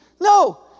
No